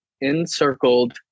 encircled